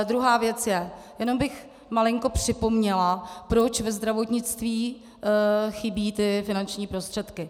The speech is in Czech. Druhá věc je, jenom bych malinko připomněla, proč ve zdravotnictví chybí finanční prostředky.